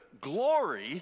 glory